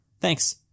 thanks